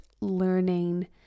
learning